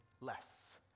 less